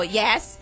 yes